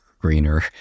greener